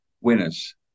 winners